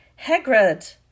Hagrid